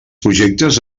projectes